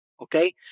Okay